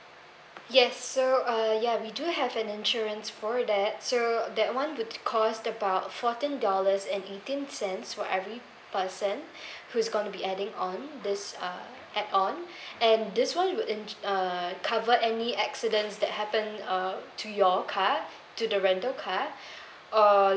yes so uh ya we do have an insurance for that so that one would cost about fourteen dollars and eighteen cents for every person who's gonna be adding on this uh add on and this one would in~ uh cover any accidents that happen uh to your car to the rental car or